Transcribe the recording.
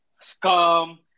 scum